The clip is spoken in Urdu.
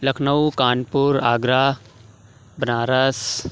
لکھنؤ کانپورآگرہ بنارس